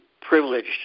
privileged